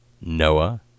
Noah